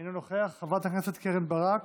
אינו נוכח, חברת הכנסת קרן ברק,